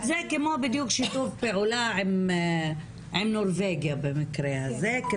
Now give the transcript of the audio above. זה כמו שיתוף פעולה עם נורבגיה במקרה הזה,